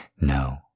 No